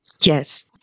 Yes